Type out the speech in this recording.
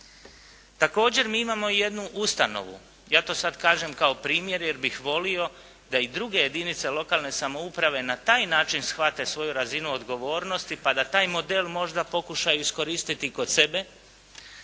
Također, mi imamo i jednu ustanovu, ja to sad kažem kao primjer jer bih volio da i druge jedinice lokalne samouprave na taj način shvate svoju razinu odgovornosti, pa da taj model možda pokušaju iskoristit kod sebe,